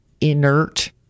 inert